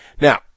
Now